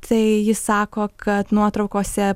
tai jis sako kad nuotraukose